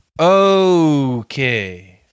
Okay